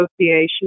Association